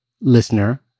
listener